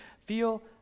feel